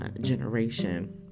generation